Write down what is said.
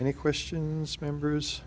any questions members